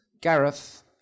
Gareth